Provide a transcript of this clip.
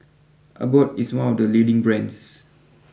Abbott is one of the leading brands